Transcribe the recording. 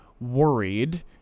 worried